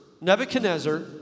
Nebuchadnezzar